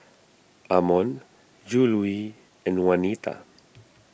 Amon Juluis and Juanita